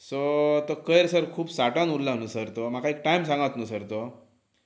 so तो कोयर sir खूब सांठोवन उरला न्हय सर तो म्हाका एक टायम सांगात न्हय सर तो